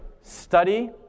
study